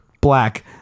black